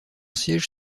siège